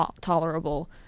tolerable